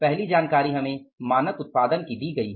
पहली जानकारी हमें मानक उत्पादन की दी गई है